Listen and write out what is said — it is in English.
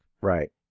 Right